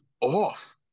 off